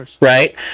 right